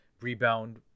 Rebound